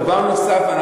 דבר נוסף,